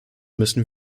müssen